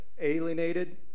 alienated